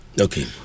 Okay